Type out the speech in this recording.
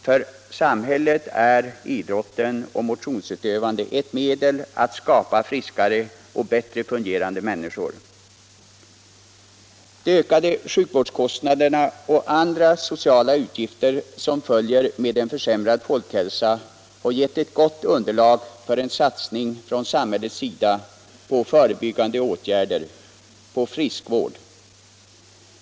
För samhället är idrotten och motionsutövandet ett medel att skapa friskare och bättre fungerande människor. De ökade sjukvårdskostnaderna och andra sociala utgifter som följer med en försämrad folkhälsa visar att det behövs en satsning från samhällets sida på förebyggande åtgärder, på friskvård.